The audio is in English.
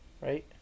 right